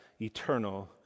eternal